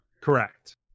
correct